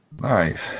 Nice